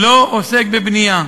לא עוסק בבנייה.